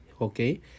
okay